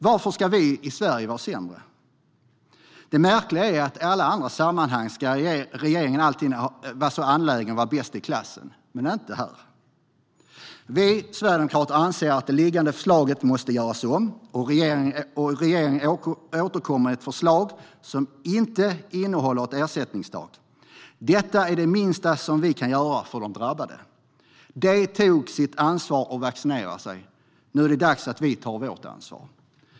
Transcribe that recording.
Varför ska vi i Sverige vara sämre? Det märkliga är att regeringen i alla andra sammanhang är så angelägen om att vara bäst i klassen, men inte här. Vi sverigedemokrater anser att det liggande förslaget måste göras om och att regeringen ska återkomma med ett förslag som inte innehåller ett ersättningstak. Detta är det minsta som vi kan göra för de drabbade. De tog sitt ansvar och vaccinerade sig. Nu är det dags att vi tar vårt ansvar.